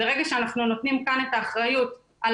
ברגע שאנחנו נותנים כאן את האחריות על